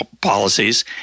policies